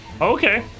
Okay